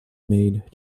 made